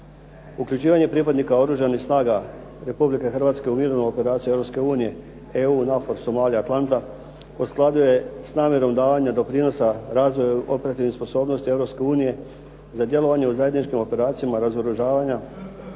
Uključivanje pripadnika Oružanih snaga u mirovne operacije Europske unije, EU, NAFOR, Somalija, Atalanta u skladu je s namjerom davanja doprinosa razvoja operativnih sposobnosti Europske unije za djelovanje u zajedničkim operacijama razoružavanja,